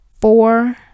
four